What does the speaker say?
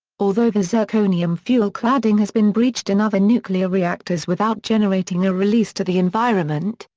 although the zirconium fuel cladding has been breached in other nuclear reactors without generating a release to the environment,